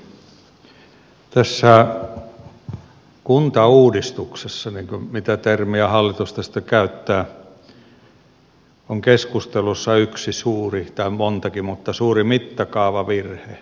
tässä kuntauudistuksessa jota termiä hallitus tästä käyttää on keskustelussa yksi suuri tai niitä on montakin mittakaavavirhe tai harha